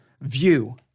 view